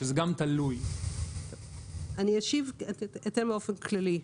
אני אשיב יותר באופן כללי.